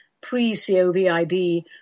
pre-COVID